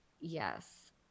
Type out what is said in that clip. Yes